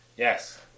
Yes